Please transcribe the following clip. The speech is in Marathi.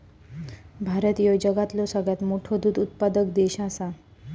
भारत ह्यो जगातलो सगळ्यात मोठो दूध उत्पादक देश आसा